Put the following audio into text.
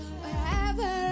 wherever